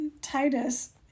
Titus